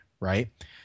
right